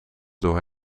door